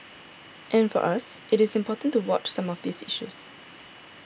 and for us it is important to watch some of these issues